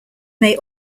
may